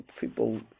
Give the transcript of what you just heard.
people